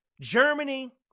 Germany